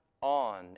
on